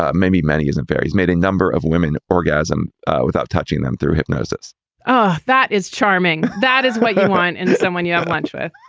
ah maybe many isn't very he's made a number of women orgasm without touching them through hypnosis oh, that is charming. that is white wine. and if someone you have lunch with,